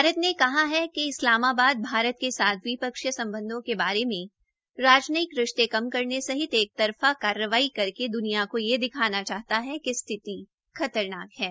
भारत के कहा है कि इस्लामाबाद भारत के साथ द्विपक्षीय सम्बधों के मामले में राजनयिक रिश्ते कम करने के सहित एक तरफा कार्रवाई करके द्वनिया को यह दिखाना चाहता है कि स्थिति खतरनाकहै